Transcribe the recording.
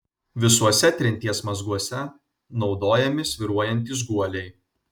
visuose trinties mazguose naudojami svyruojantys guoliai